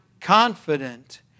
confident